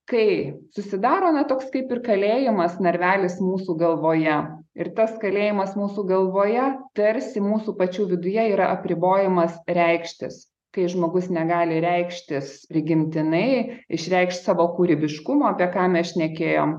kai susidaro na toks kaip ir kalėjimas narvelis mūsų galvoje ir tas kalėjimas mūsų galvoje tarsi mūsų pačių viduje yra apribojimas reikštis kai žmogus negali reikštis prigimtinai išreikšt savo kūrybiškumo apie ką mes šnekėjom